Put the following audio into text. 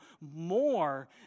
more